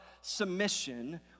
submission